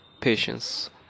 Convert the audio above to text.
patience